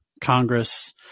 Congress